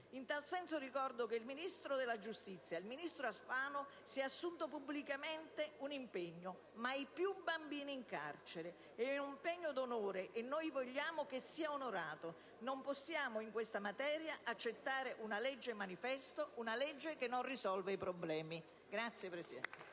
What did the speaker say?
In tal senso ricordo che il ministro della giustizia Alfano si è assunto pubblicamente un impegno: «mai più bambini in carcere». È un pegno d'onore, che noi vogliamo sia onorato. Non possiamo, in questa materia, accettare una legge manifesto, una legge che non risolve i problemi. *(Applausi